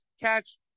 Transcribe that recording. catch